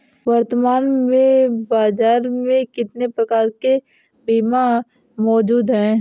वर्तमान में बाज़ार में कितने प्रकार के बीमा मौजूद हैं?